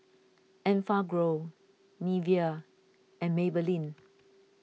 Enfagrow Nivea and Maybelline